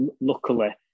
luckily